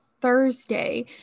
Thursday